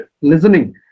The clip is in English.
listening